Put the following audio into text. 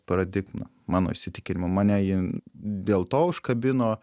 paradigmą mano įsitikinimu mane ji dėl to užkabino